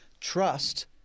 Trust